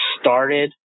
started